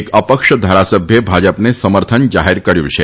એક અપક્ષ ધારાસભ્યે ભાજપને સમર્થન જાહેર કર્યું છે